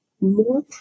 more